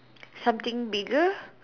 something bigger